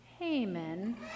Haman